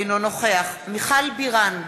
אינו נוכח מיכל בירן,